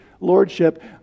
lordship